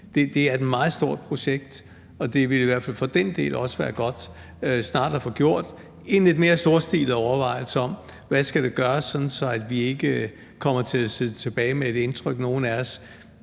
Det er et meget stort projekt, og det vil i hvert fald for den del også være godt snart at få gjort sig nogle lidt mere storstilede overvejelser om, hvad der skal gøres, så vi ikke kommer til at sidde tilbage med det indtryk, nogle af os